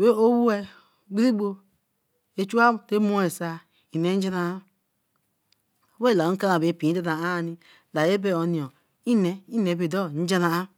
Re owe ogberegbo teh mor asai nne gerarah nkara impee dora. La abe oni nne bodo nne gerarah